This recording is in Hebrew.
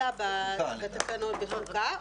אלא בתקנות בוועדת חוקה.